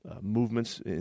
movements